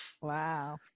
Wow